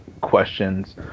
questions